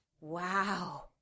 Wow